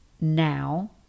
now